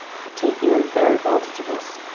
taking unfair advantage of us!